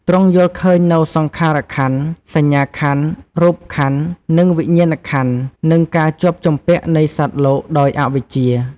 ទ្រង់យល់ឃើញនូវសង្ខារខន្ធ សញ្ញាខន្ធ រូបខន្ធ និងវិញ្ញាណខន្ធ និងការជាប់ជំពាក់នៃសត្វលោកដោយអវិជ្ជា។